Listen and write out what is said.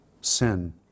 sin